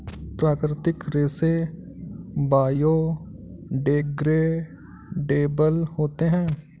प्राकृतिक रेसे बायोडेग्रेडेबल होते है